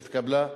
שהתקבלה,